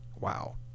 Wow